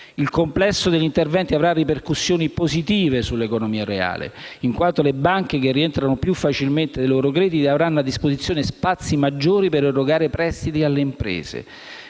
Il complesso degli interventi avrà ripercussioni positive sull'economia reale in quanto le banche che rientrano più facilmente dei loro crediti avranno a disposizione spazi maggiori in bilancio per erogare prestiti alle imprese.